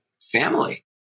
family